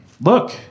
look